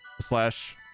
slash